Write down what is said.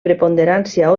preponderància